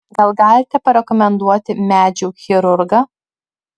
gal galite parekomenduoti medžių chirurgą